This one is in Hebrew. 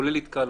כולל התקהלות.